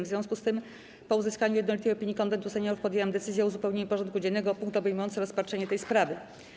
W związku z tym, po uzyskaniu jednolitej opinii Konwentu Seniorów, podjęłam decyzję o uzupełnieniu porządku dziennego o punkt obejmujący rozpatrzenie tej sprawy.